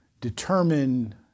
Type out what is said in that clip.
determine